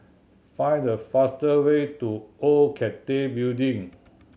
find the fastest way to Old Cathay Building